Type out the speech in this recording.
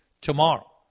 tomorrow